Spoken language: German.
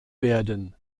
werden